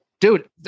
Dude